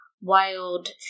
wild